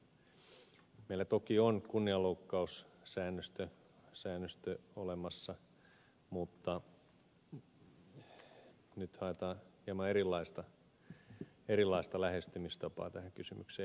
meillä toki on kunnianloukkaussäännöstö olemassa mutta nyt haetaan hieman erilaista lähestymistapaa tähän kysymykseen